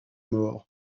mort